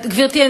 גברתי.